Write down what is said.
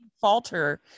falter